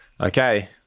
okay